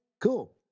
Cool